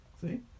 See